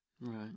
right